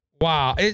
Wow